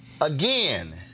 Again